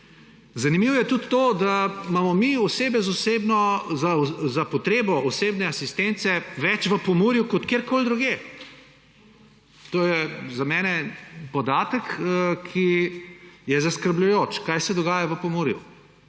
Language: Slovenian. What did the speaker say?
Zanimivo je tudi to, da imamo oseb s potrebo osebne asistence več v Pomurju kot kjerkoli drugje. To je za mene podatek, ki je zaskrbljujoč, kaj se dogaja v Pomurju.